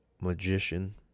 magician